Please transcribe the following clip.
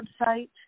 website